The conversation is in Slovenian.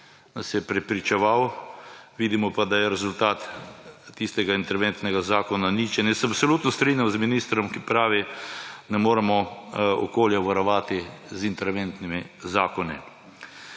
nasedli, prepričeval nas je, vidimo pa, da je rezultat tistega interventnega zakona ničen. Jaz se absolutno strinjam z ministrom, ki pravi: »Ne moremo okolja varovati z interventnimi zakoni.«